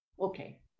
Okay